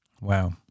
Wow